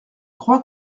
crois